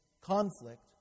conflict